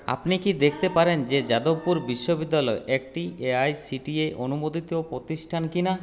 আপনি কি দেখতে পারেন যে যাদবপুর বিশ্ববিদ্যালয় একটি এআইসিটিই অনুমোদিত প্রতিষ্ঠান কিনা